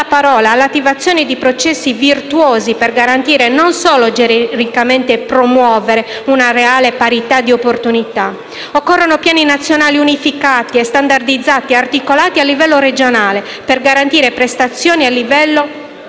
parola e all'attivazione di processi virtuosi per garantire e non solo genericamente promuovere una reale parità di opportunità. Occorrono piani nazionali unificati e standardizzati, articolati a livello regionale per garantire prestazioni e